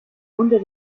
unter